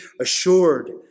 assured